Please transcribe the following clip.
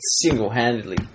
single-handedly